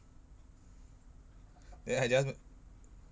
then I just